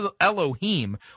Elohim